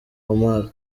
omar